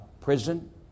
prison